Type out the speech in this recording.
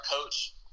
coach